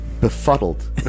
befuddled